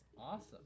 awesome